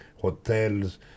hotels